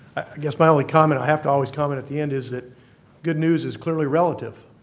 i guess my only comment i have to always comment at the end is that good news is clearly relative.